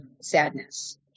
sadness